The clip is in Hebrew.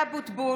(קוראת בשמות חברי הכנסת)